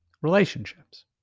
relationships